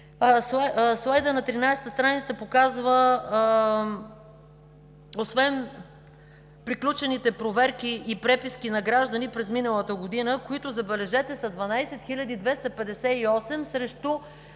Слайдът на 13 страница показва освен приключените проверки и преписки на граждани през миналата година, които, зебележете, са 12 258 срещу